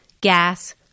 gas